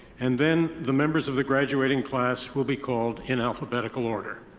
and then the members of the graduating class will be called in alphabetical order.